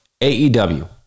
AEW